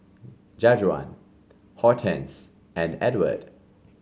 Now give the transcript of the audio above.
Jajuan Hortense and Edward